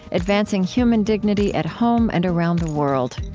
advancing human dignity at home and around the world.